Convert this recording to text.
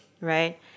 right